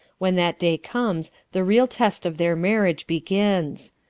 when that day comes the real test of their marriage begins.